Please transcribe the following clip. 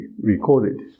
recorded